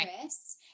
Chris